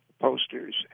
posters